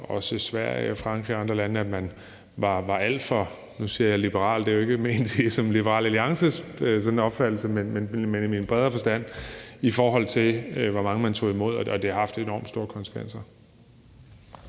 også Sverige, Frankrig og andre lande, var alt for liberal; nu siger jeg liberal, men det er jo ikke ment som liberal i Liberal Alliance, men ment i en bredere forstand, i forhold til hvor mange man tog imod. Det har haft enormt store konsekvenser.